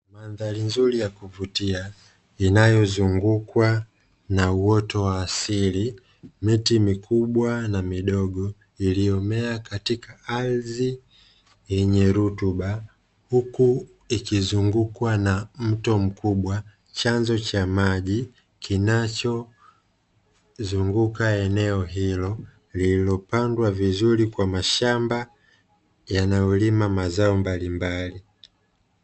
Mandhari nzuri ya kuvutia inayozungukwa na uoto wa asili miti mikubwa na midogo iliyomea katika ardhi yenye rutuba huku, ikizungukwa na mto mkubwa chanzo cha maji kinachozunguka eneo hilo lililopandwa vizuri kwa mashamba yanayolima mazao mbalimbali.